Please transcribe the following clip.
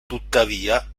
tuttavia